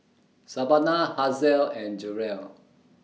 Savanna Hazelle and Jerrell